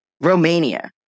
Romania